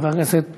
חבר הכנסת